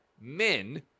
men